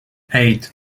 eight